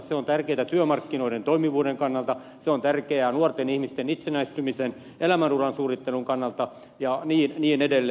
se on tärkeää työmarkkinoiden toimivuuden kannalta se on tärkeää nuorten ihmisten itsenäistymisen elämänuran suunnittelun kannalta ja niin edelleen